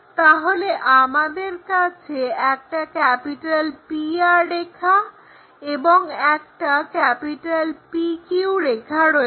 তাহলে আমাদের কাছে একটা PR রেখা এবং একটা PQ রেখা রয়েছে